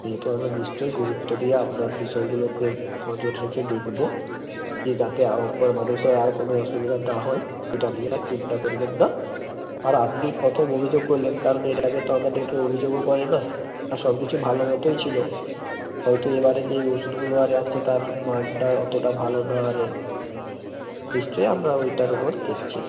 এতে আমরা নিশ্চই গুরুত্ব দিয়ে আপনার বিষয়গুলোকে নজর রেখে দেখবো যে যাতে কোনো বিষয় আর কোনো অসুবিধা না হয় এটা নিয়ে আর চিন্তা করবেন না আর আপনি প্রথম অভিযোগ করলেন কারণ এর আগে তো আমাদের কেউ অভিযোগও করে না সব কিছু ভালো মতোই ছিলো হয়তো এবারে যেই ওষুধগুলো আরে আসছে তার মানটা অতোটা ভালো না আরে নিশ্চয়ই আমরা ওইটার ওপর দেখছি